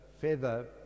feather